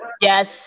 Yes